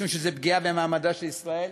משום שזו פגיעה במעמדה של ישראל,